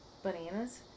bananas